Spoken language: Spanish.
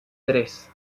tres